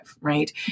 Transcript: right